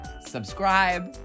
subscribe